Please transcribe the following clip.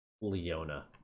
Leona